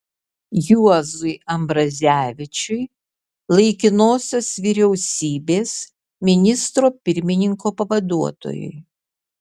juozui ambrazevičiui laikinosios vyriausybės ministro pirmininko pavaduotojui